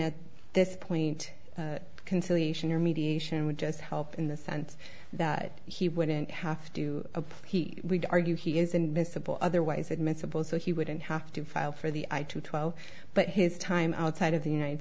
at this point conciliation or mediation would just help in the sense that he wouldn't have to apply to argue he is invisible otherwise admissible so he wouldn't have to file for the eye to twelve but his time outside of the united